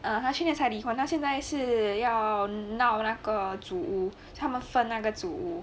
ah 他去年才离婚他现在是要闹那个组屋他们分那个组屋